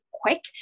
quick